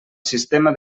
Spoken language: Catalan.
sistema